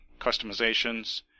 customizations